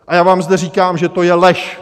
A já vám zde říkám, že to je lež.